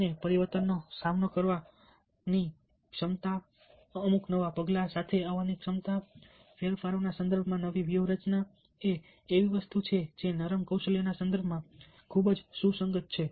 અને પરિવર્તનનો સામનો કરવાની ક્ષમતા આમૂલ નવા પગલાં સાથે આવવાની ક્ષમતા ફેરફારોના સંદર્ભમાં નવી વ્યૂહરચના એ એવી વસ્તુ છે જે નરમ કૌશલ્યના સંદર્ભમાં ખૂબ જ સુસંગત છે